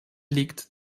liegt